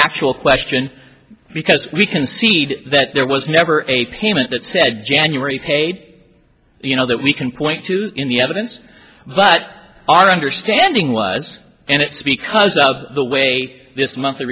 factual question because we concede that there was never a payment that said january paid you know that we can point to in the evidence but our understanding was and it speak was out of the way this month